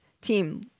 team